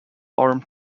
arm